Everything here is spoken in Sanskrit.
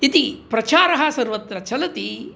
इति प्रचारः सर्वत्र चलति